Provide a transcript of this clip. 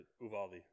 Uvalde